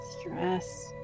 stress